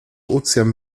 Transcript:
ozean